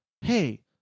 hey